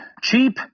cheap